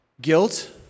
Guilt